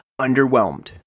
underwhelmed